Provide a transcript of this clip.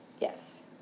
Yes